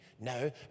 no